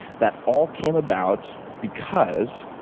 that all came about because